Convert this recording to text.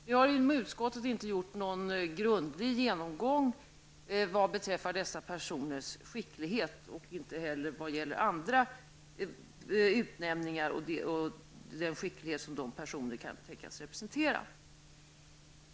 Vi har i utskottet inte gjort någon grundlig genomgång vad beträffar dessa personers skicklighet, och vi har inte heller gjort det vad gäller andra utnämningar.